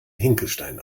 hinkelstein